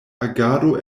agado